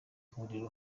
huriro